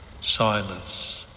Silence